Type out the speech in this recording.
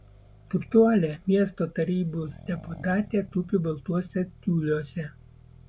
turtuolė miesto tarybos deputatė tupi baltuose tiuliuose